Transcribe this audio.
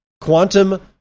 quantum